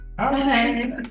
Okay